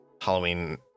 Halloween